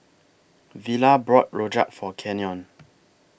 Villa bought Rojak For Kenyon